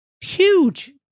Huge